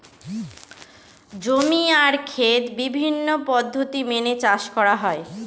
জমি আর খেত বিভিন্ন পদ্ধতি মেনে চাষ করা হয়